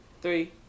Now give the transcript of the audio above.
three